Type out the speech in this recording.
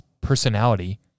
personality